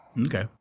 Okay